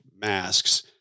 masks